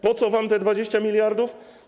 Po co wam te 20 mld?